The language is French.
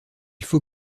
faut